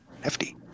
hefty